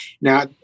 Now